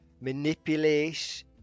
manipulate